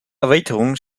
erweiterung